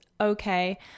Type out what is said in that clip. okay